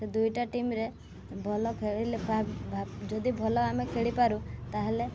ସେ ଦୁଇଟା ଟିମ୍ରେ ଭଲ ଖେଳିଲେ ଯଦି ଭଲ ଆମେ ଖେଳିପାରୁ ତାହେଲେ